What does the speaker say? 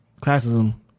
classism